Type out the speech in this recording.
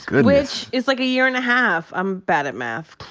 which is, like, a year and a half. i'm bad at math.